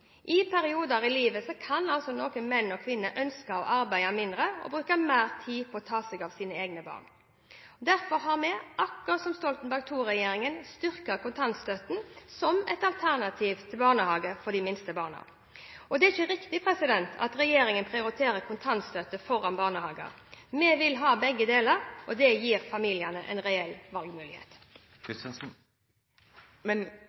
kvinner ønske å arbeide mindre og bruke mer tid på å ta seg av egne barn. Derfor har vi, akkurat som Stoltenberg II-regjeringen, styrket kontantstøtten som et alternativ til barnehage for de minste barna. Det er ikke riktig at regjeringen prioriterer kontantstøtte foran barnehage. Vi vil ha begge deler og gi familiene reelle valgmuligheter. Statsråden sier det